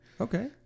okay